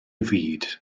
fyd